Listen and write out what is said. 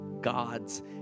God's